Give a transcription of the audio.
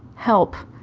help.